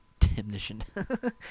Damnition